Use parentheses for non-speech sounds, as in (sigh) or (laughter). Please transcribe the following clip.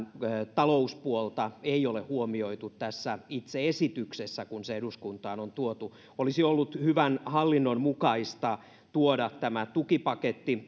talouspuolta ei ole huomioitu tässä itse esityksessä kun se eduskuntaan on tuotu olisi ollut hyvän hallinnon mukaista tuoda tämä tukipaketti (unintelligible)